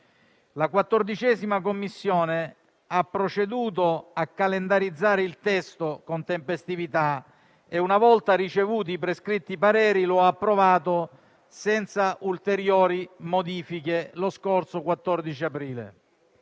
29 ottobre. La 14a Commissione ha proceduto a calendarizzare il testo con tempestività e, una volta ricevuti i prescritti pareri, lo ha approvato senza ulteriori modifiche lo scorso 14 aprile.